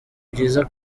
byiza